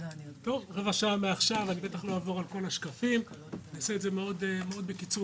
תודה רבה, אנסה לקצר.